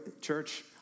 Church